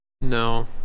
No